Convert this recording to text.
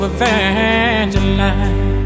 Evangeline